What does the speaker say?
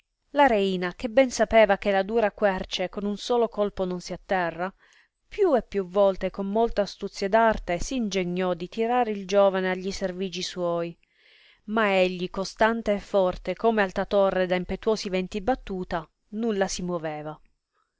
la reina che ben sapeva che la dura querce con un solo colpo non si atterra più e più volte con molta astuzia ed arte s ingegnò di tirar il giovane a gli servigi suoi ma egli costante e forte come alta torre da impetuosi venti battuta nulla si muoveva